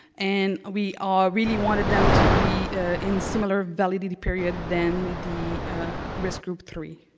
and we ah really wanted them to be in similar validity period than the risk group three.